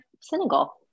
Senegal